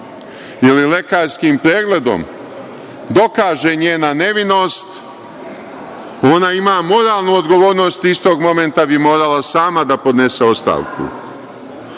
ili lekarskim pregledom, dokaže njena nevinost, ona ima moralnu odgovornost, istog momenta bi morala sama da podnese